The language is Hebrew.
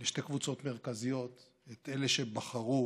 לשתי קבוצות מרכזיות את אלה שבחרו